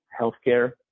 healthcare